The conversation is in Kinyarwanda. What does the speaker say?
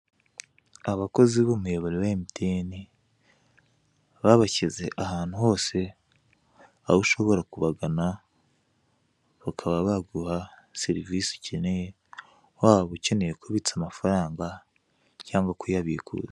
Abakozi b'umuyoboro ba MTN babashyize ahantu hose, aho ushobora kubagana bakaba baguha serivise ukeneye waba ukeneye kubitsa amafaranga cyangwa kuyabikura.